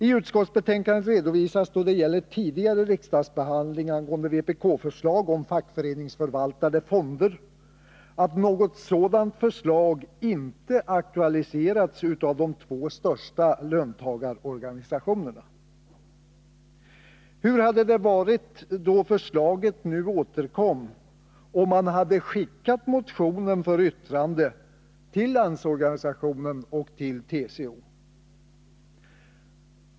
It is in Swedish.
I utskottsbetänkandet redovisas då det gäller tidigare riksdagsbehandling av vpk-förslag om fackföreningsförvaltade fonder att något sådant förslag inte aktualiserats av de två största löntagarorganisationerna. Hur hade det varit då förslaget nu återkom om man hade skickat motionen för yttrande till LO och till TCO?